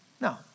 no